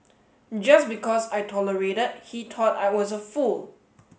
just because I tolerated he thought I was a fool